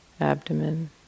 abdomen